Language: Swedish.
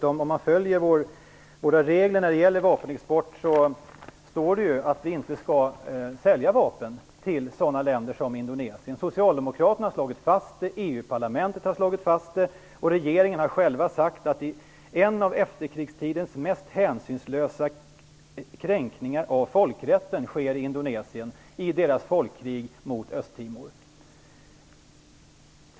Om man följer våra regler när det gäller vapenexport står det dessutom att vi inte skall sälja vapen till sådana länder som Indonesien. Socialdemokraterna har slagit fast det, EU-parlamentet har slagit fast det och regeringen har sagt att en av efterkrigstidens mest hänsynslösa kränkningar av folkrätten sker i Indonesien, i deras folkkrig mot Östtimor.